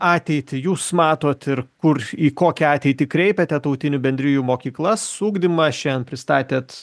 ateitį jūs matot ir kur į kokią ateitį kreipiate tautinių bendrijų mokyklas ugdymą šiandien pristatėt